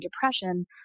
depression